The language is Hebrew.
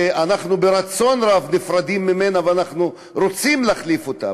שאנחנו ברצון רב נפרדים ממנה ואנחנו רוצים להחליף אותה.